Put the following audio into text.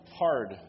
hard